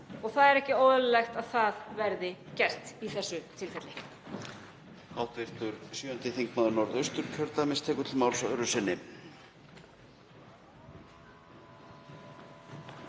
Það er ekki óeðlilegt að það verði gert í þessu tilfelli.